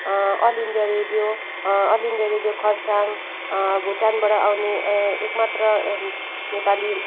अल् India Radio All India Radio Kurseong भुटानबाट आउने एकमात्र नेपाली